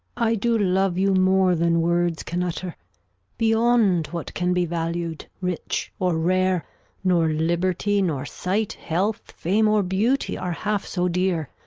i do love you more than words can utter beyond what can be valu'd rich, or rare nor liberty, nor sight, health, fame, or beauty, are half so dear,